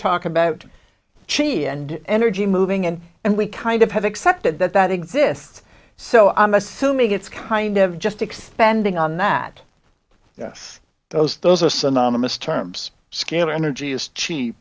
talk about cheney and energy moving and and we kind of have accepted that that exists so i'm assuming it's kind of just expanding on that yes those those are synonymous terms scalar energy is cheap